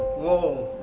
whoa!